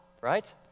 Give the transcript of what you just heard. right